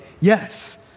yes